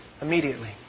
immediately